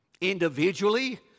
individually